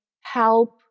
help